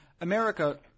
America